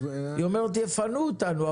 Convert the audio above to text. היא אומרת: יפנו אותנו.